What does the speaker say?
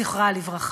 זכרה לברכה.